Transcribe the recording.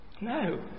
No